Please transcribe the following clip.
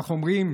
איך אומרים?